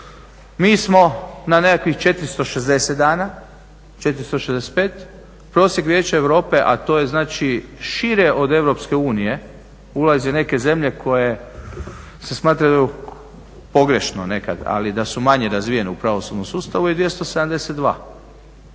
Mi smo na nekakvih 460 dana, 465, prosjek Vijeća Europe a to je znači šire od Europske unije ulaze neke zemlje koje se smatraju pogrešno nekad ali da su manje razvijene u pravosudnom sustavu je 272.